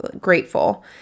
grateful